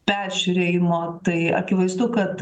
peržiūrėjimo tai akivaizdu kad